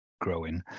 growing